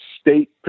state